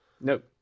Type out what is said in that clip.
Nope